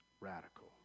radical